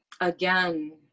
again